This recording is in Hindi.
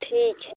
ठीक है